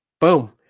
boom